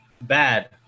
bad